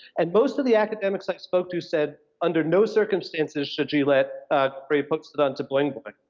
and most of the academics i spoke to said, under no circumstances should you let cory post it onto boing boing.